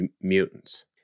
mutants